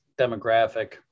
demographic